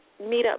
meetup